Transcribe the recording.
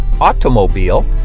automobile